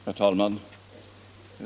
Herr talman!